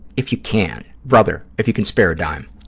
if you can, brother, if you can spare a dime,